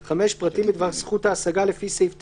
(5) פרטים בדבר זכות ההשגה לפי סעיף 9,